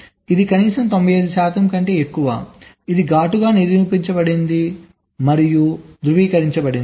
ఇది కనీసం 95 శాతం కంటే ఎక్కువ ఇది ఘాటుగా నిరూపించబడింది మరియు ధృవీకరించబడింది